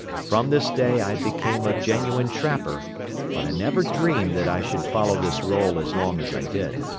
from this day i became a genuine trapper but i never dreamed that i should follow this role as long as i did.